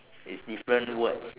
it's different words